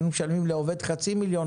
היינו משלמים לעובד חצי מיליון,